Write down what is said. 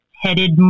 headed